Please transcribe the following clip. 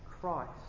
Christ